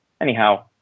Anyhow